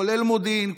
כולל מודיעין,